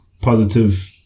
Positive